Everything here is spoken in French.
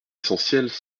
essentielles